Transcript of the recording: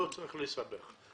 לא צריך לסבך.